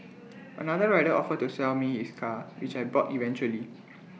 another rider offered to sell me his car which I bought eventually